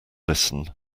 listen